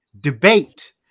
debate